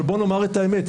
אבל בואו נאמר את האמת,